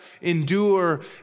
endure